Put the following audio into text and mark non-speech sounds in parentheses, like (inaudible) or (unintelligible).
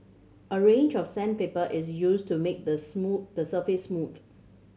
a range of sandpaper is used to make the (unintelligible) the surface smooth